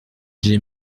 j’ai